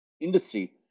industry